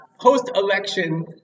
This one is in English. post-election